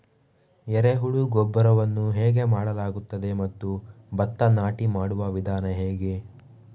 ಎರೆಹುಳು ಗೊಬ್ಬರವನ್ನು ಹೇಗೆ ಮಾಡಲಾಗುತ್ತದೆ ಮತ್ತು ಭತ್ತ ನಾಟಿ ಮಾಡುವ ವಿಧಾನ ಹೇಗೆ?